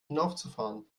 hinaufzufahren